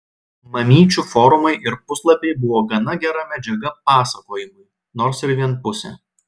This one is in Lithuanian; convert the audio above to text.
mamyčių forumai ir puslapiai buvo gana gera medžiaga pasakojimui nors ir vienpusė